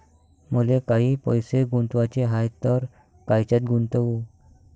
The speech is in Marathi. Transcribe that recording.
मले काही पैसे गुंतवाचे हाय तर कायच्यात गुंतवू?